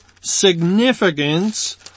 significance